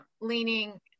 leaning